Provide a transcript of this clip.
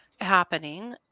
happening